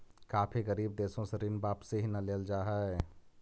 काफी गरीब देशों से ऋण वापिस ही न लेल जा हई